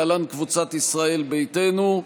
להלן: קבוצת סיעת ישראל ביתנו.